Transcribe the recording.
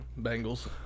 Bengals